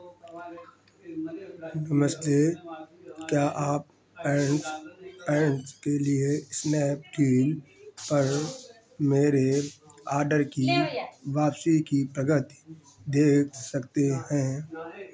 नमस्ते क्या आप पैंट्स पैंट के लिए स्नैपडील पर मेरे आडर की वापसी की प्रगति देख सकते हैं